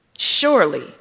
Surely